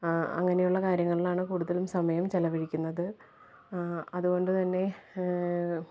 അങ്ങനെയുള്ള കാര്യങ്ങളിലാണ് കൂടുതലും സമയം ചെലവഴിക്കുന്നത് അതുകൊണ്ട് തന്നെ